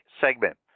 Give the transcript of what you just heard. segment